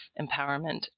empowerment